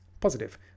positive